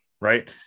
right